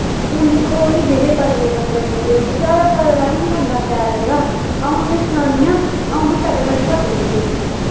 हून दिक्खो गी जेह्ड़े पतले पतले बंदे होंदे जादै पतला बी निं बंदा शैल लगदा अ'ऊं तुसें सनानी आं अ'ऊं बी पैह्लें बड़ी पतली ही